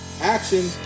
action